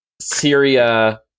Syria